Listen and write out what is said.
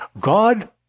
God